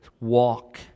walk